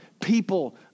people